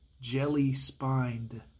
jelly-spined